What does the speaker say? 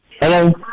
Hello